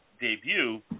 debut